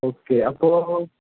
okay അപ്പോൾ